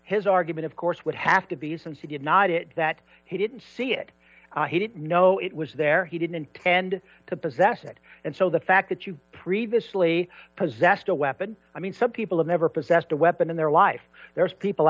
his argument of course would have to be since it did not it that he didn't see it he didn't know it was there he didn't intend to possess it and so the fact that you previously possessed a weapon i mean some people have never possessed a weapon in their life there's people